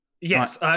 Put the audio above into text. Yes